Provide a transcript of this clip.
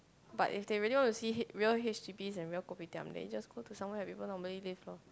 but if they really want to see H real H_D_B and real kopitiam then just go somewhere where people normally live lor